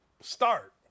start